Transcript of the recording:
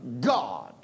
God